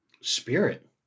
spirit